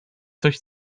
coś